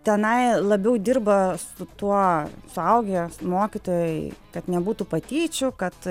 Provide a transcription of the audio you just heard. tenai labiau dirba su tuo suaugę mokytojai kad nebūtų patyčių kad